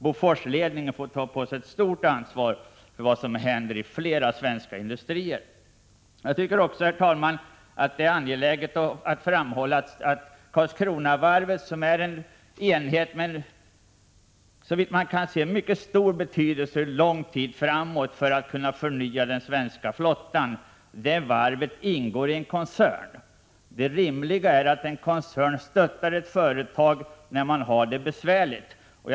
Boforsledningen får ta på sig ett stort ansvar för problem i flera svenska industrier. Herr talman! Jag tycker det är angeläget att framhålla att Karlskronavarvet är en enhet med, såvitt man kan se, mycket stor betydelse lång tid framåt när det gäller att förnya den svenska flottan. Det varvet ingår i en koncern. Det är rimligt att en koncern stöttar ett sådant företag när det har besvärligt en tid.